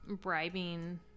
bribing